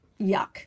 yuck